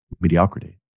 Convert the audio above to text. mediocrity